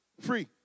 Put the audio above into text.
free